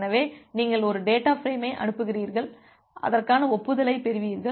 எனவே நீங்கள் ஒரு டேட்டா ஃபிரேமை அனுப்புகிறீர்கள் அதற்கான ஒப்புதலைப் பெறுவீர்கள்